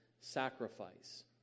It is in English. sacrifice